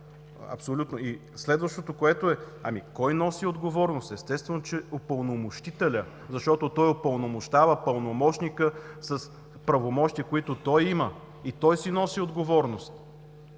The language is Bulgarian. Абсолютно! И следващото. Кой носи отговорност? Естествено, че упълномощителят, защото той упълномощава пълномощника с правомощия, които той има и той си носи отговорност.